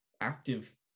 active